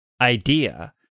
idea